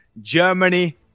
Germany